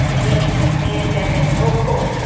ए ए त्यहाँदेखिको पो